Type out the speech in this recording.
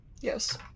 Yes